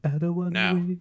Now